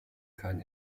kein